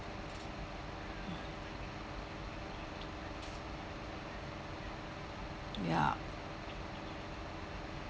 yup